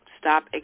Stop